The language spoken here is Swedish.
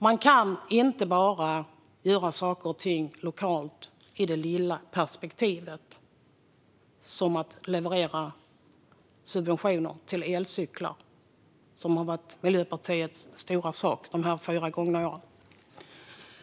Man kan inte bara göra saker och ting lokalt i det lilla perspektivet, till exempel leverera subventioner till köp av elcyklar, vilket har varit Miljöpartiets stora sak de fyra gångna åren.